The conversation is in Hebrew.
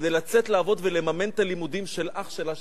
כדי לצאת לעבוד ולממן את הלימודים של אח שלה,